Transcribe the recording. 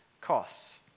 costs